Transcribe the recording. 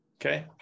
okay